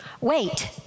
wait